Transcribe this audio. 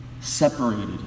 separated